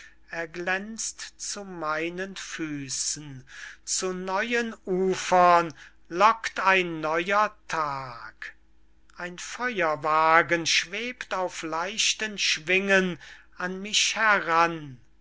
erglänzt zu meinen füßen zu neuen ufern lockt ein neuer tag ein feuerwagen schwebt auf leichten schwingen an mich heran